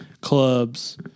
Clubs